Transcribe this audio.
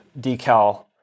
decal